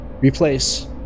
Replace